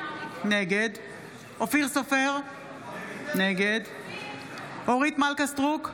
נגד אופיר סופר, נגד אורית מלכה סטרוק,